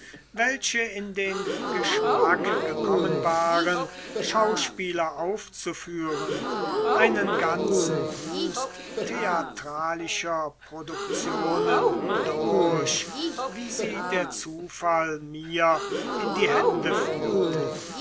welche in den geschmack gekommen waren schauspiele aufzuführen einen ganzen wust theatralischer produktionen durch wie sie der zufall mir in die hände führte